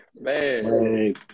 man